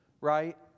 Right